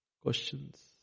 Questions